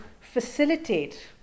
facilitate